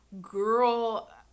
Girl